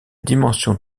dimension